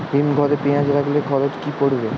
হিম ঘরে পেঁয়াজ রাখলে খরচ কি পড়বে?